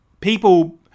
People